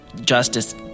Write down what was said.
justice